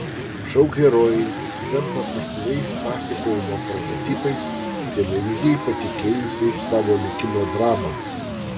šou herojai tampa pasyviais pasakojimo prototipais televizijai patikėjusiais savo likimo dramą